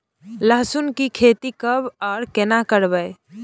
लहसुन की खेती कब आर केना करबै?